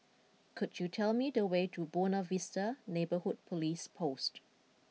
could you tell me the way to Buona Vista Neighbourhood Police Post